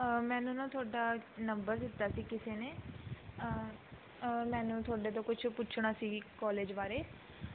ਮੈਨੂੰ ਨਾ ਤੁਹਾਡਾ ਨੰਬਰ ਦਿੱਤਾ ਸੀ ਕਿਸੇ ਨੇ ਮੈਨੂੰ ਤੁਹਾਡੇ ਤੋਂ ਕੁਛ ਪੁੱਛਣਾ ਸੀ ਕੋਲਿਜ ਬਾਰੇ